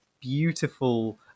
beautiful